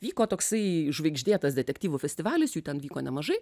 vyko toksai žvaigždėtas detektyvų festivalis jų ten vyko nemažai